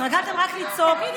התרגלתם רק לצעוק,